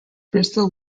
bristol